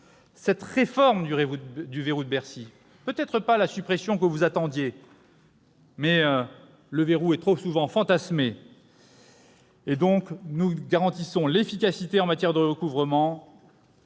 Cette réforme du « verrou de Bercy » n'est peut-être pas la suppression que vous attendiez, le verrou étant trop souvent fantasmé. En tout état de cause, nous garantissons l'efficacité en matière de recouvrement,